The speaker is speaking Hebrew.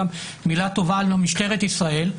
גם מילה טובה על משטרת ישראל,